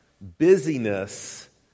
Busyness